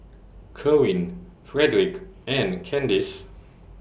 Kerwin Fredrick and Candis